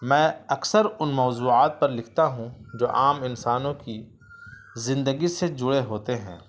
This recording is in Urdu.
میں اکثر ان موضوعات پر لکھتا ہوں جو عام انسانوں کی زندگی سے جڑے ہوتے ہیں